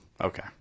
Okay